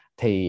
thì